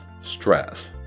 stress